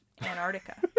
Antarctica